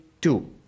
two